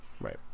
right